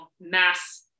mass